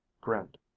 grinned